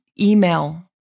email